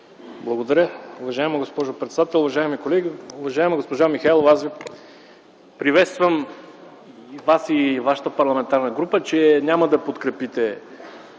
Благодаря, уважаема госпожо председател. Уважаеми колеги! Уважаема госпожо Михайлова, аз приветствам Вас и вашата парламентарна група, че няма да подкрепите